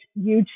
YouTube